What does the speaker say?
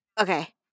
okay